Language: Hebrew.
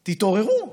תתעוררו.